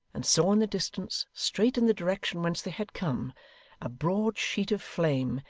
and saw in the distance straight in the direction whence they had come a broad sheet of flame,